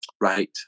Right